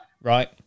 Right